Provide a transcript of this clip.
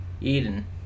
Eden